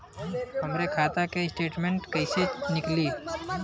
हमरे खाता के स्टेटमेंट कइसे निकली?